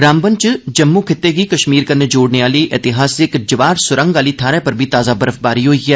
रामबन च जम्मू खित्ते गी कश्मर कन्नै जोड़ने आह्ली ऐतिहासिक जवाहर सुरंग आह्ली थाहरै पर बी ताजा बर्फबारी होई ऐ